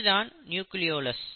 இதுதான் நியூக்ளியோலஸ்